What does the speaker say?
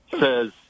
says